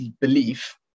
belief